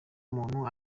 umuntu